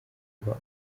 akaba